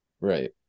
Right